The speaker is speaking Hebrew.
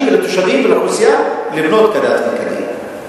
ולתושבים ולאוכלוסייה לבנות כדת וכדין.